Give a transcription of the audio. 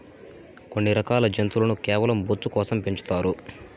కొన్ని రకాల జంతువులను కేవలం బొచ్చు కోసం పెంచుతారు